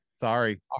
Sorry